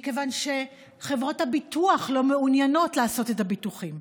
מכיוון שחברות הביטוח לא מעוניינות לעשות את הביטוחים.